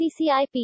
CCIP